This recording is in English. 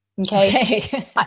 Okay